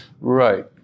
Right